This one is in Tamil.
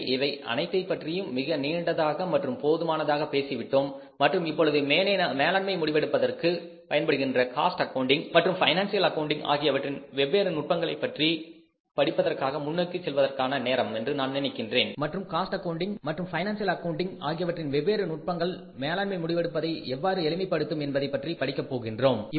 எனவே இவை அனைத்தை பற்றியும் மிக நீண்டதாக மற்றும் போதுமானதாக பேசி விட்டோம் மற்றும் இப்பொழுது மேலாண்மை முடிவெடுப்பதற்கு பயன்படுகின்ற காஸ்ட் அக்கவுன்டிங் மற்றும் பைனான்சியல் அக்கவுண்டிங் ஆகியவற்றின் வெவ்வேறு நுட்பங்களைப் பற்றி படிப்பதற்காக முன்னோக்கிச் செல்வதற்கான நேரம் என்று நான் நினைக்கின்றேன் மற்றும் காஸ்ட் அக்கவுன்டிங் மற்றும் பைனான்சியல் அக்கவுண்டிங் ஆகியவற்றின் வெவ்வேறு நுட்பங்கள் மேலாண்மை முடிவெடுப்பதை எவ்வாறு எளிமைப்படுத்தும் என்பதைப் பற்றி படிக்க போகின்றோம்